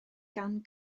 gan